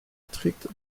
stricte